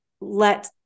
let